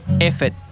effort